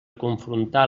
confrontar